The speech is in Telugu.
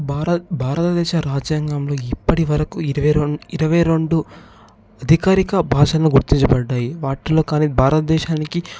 భారత్ భారతదేశ రాజ్యంగంలో ఇప్పటివరకు ఇరవై రెం ఇరవైరెండు అధికారిక భాషలు గుర్తించబడినాయి వాటిలో కానీ భారతదేశానికి